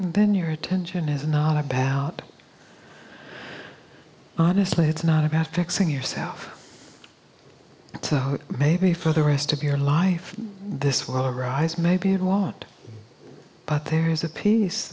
been your attention is not about honestly it's not about fixing yourself so maybe for the rest of your life this will arise maybe it won't but there is a peace